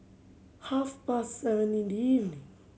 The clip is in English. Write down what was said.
half past seven in the evening